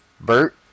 Bert